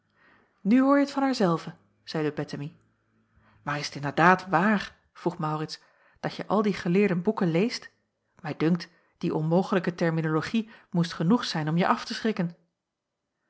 hoorje t van haar zelve zeide bettemie maar is t inderdaad waar vroeg maurits dat je al die geleerde boeken leest mij dunkt die onmogelijke terminologie moest genoeg zijn om je af te schrikken